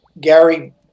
Gary